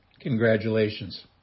congratulations